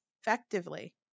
effectively